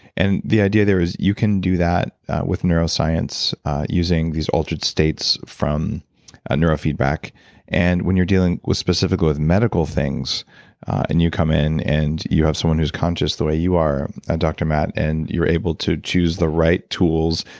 and the idea there is that you can do that with neuroscience using these altered states from a neurofeedback and when you're dealing specifically with medical things and you come in and you have someone who's conscious the way you are dr. matt and you're able to choose the right tools,